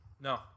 No